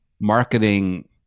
marketing